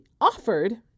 offered